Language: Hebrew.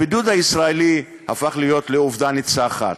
הבידוד הפך להיות עובדה ניצחת,